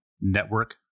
Network